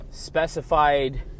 specified